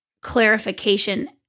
clarification